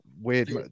weird